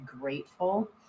grateful